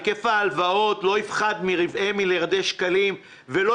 היקף ההלוואות לא יפחת מרבעי מיליארדי שקלים ולא